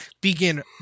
begin